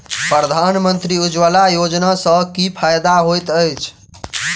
प्रधानमंत्री उज्जवला योजना सँ की फायदा होइत अछि?